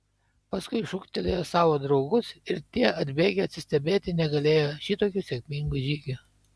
paskui šūktelėjo savo draugus ir tie atbėgę atsistebėti negalėjo šitokiu sėkmingu žygiu